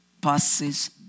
passes